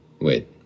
Wait